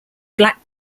black